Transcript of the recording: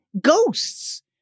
ghosts